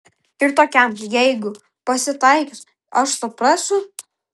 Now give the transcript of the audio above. ir tokiam jeigu pasitaikius aš suprasiu